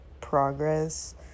progress